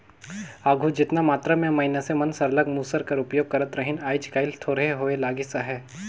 आघु जेतना मातरा में मइनसे मन सरलग मूसर कर उपियोग करत रहिन आएज काएल थोरहें होए लगिस अहे